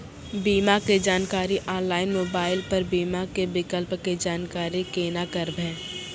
बीमा के जानकारी ऑनलाइन मोबाइल पर बीमा के विकल्प के जानकारी केना करभै?